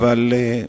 אבל,